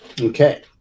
Okay